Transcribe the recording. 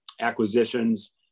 acquisitions